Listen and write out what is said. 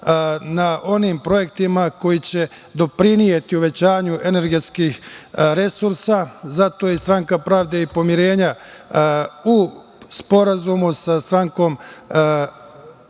na onim projektima koji će doprineti uvećanju energetskih resursa. Zato je stranka Pravde i pomirenja u sporazumu sa strankom,